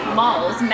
malls